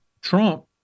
Trump